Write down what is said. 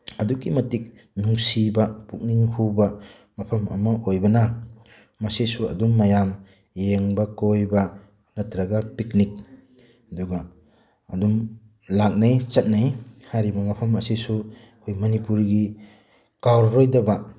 ꯑꯗꯨꯛꯀꯤ ꯃꯇꯤꯛ ꯅꯨꯡꯁꯤꯕ ꯄꯨꯛꯅꯤꯡ ꯍꯨꯕ ꯃꯐꯝ ꯑꯃ ꯑꯣꯏꯕꯅ ꯃꯁꯤꯁꯨ ꯑꯗꯨꯝ ꯃꯌꯥꯝ ꯌꯦꯡꯕ ꯀꯣꯏꯕ ꯅꯠꯇ꯭ꯔꯒ ꯄꯤꯛꯅꯤꯛ ꯑꯗꯨꯒ ꯑꯗꯨꯝ ꯂꯥꯛꯅꯩ ꯆꯠꯅꯩ ꯍꯥꯏꯔꯤꯕ ꯃꯐꯝ ꯑꯁꯤꯁꯨ ꯑꯩꯈꯣꯏ ꯃꯅꯤꯄꯨꯔꯒꯤ ꯀꯥꯎꯔꯔꯣꯏꯗꯕ